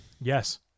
Yes